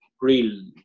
real